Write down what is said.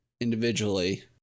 individually